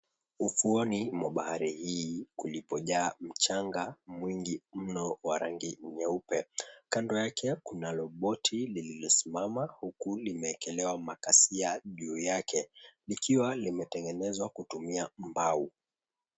Ufuoni mabadiliko kulipojaa mchanga mwingi mno wa rangi nyeupe. Kando yake kunalo boti lililosimama huku limeekelewa makasia juu yake. Likiwa limetengenezwa kutumia mbao.